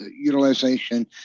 utilization